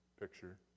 picture